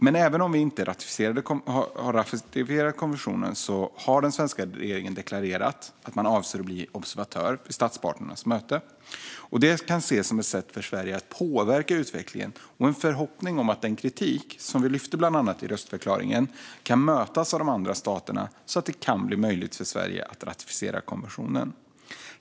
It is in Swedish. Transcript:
Men även om vi inte har ratificerat konventionen har den svenska regeringen deklarerat att man avser att bli observatör vid statsparternas möten. Detta kan ses som ett sätt för Sverige att påverka utvecklingen, med en förhoppning om att den kritik som vi lyft bland annat i röstförklaringen kan bemötas av de andra staterna så att det kan bli möjligt för Sverige att ratificera konventionen.